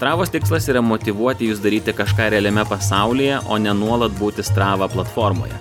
stravos tikslas yra motyvuoti jus daryti kažką realiame pasaulyje o ne nuolat būti strava platformoje